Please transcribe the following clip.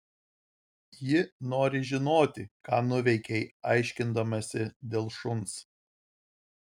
ji nori žinoti ką nuveikei aiškindamasi dėl šuns